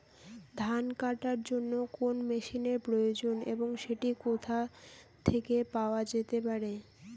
ধান কাটার জন্য কোন মেশিনের প্রয়োজন এবং সেটি কোথায় পাওয়া যেতে পারে?